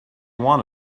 want